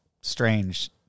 strange